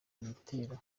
ibitero